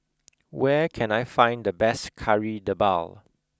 where can I find the best kari debal